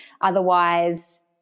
Otherwise